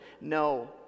No